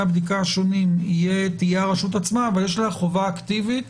הבדיקה השונים תהיה הרשות עצמה אבל יש לה חובה אקטיבית